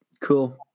cool